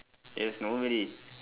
yes nobody